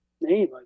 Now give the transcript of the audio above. name